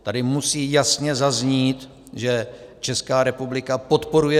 Tady musí jasně zaznít, že Česká republika podporuje